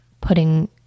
putting